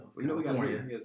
California